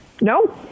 no